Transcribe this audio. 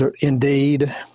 Indeed